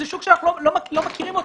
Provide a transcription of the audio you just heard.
זה שוק שאנחנו לא מכירים אותו.